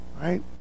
right